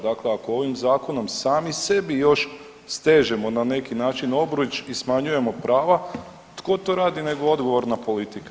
Dakle ako ovim zakonom sami sebi još stežemo na neki način obruč i smanjujemo prava tko to radi nego odgovorna politika.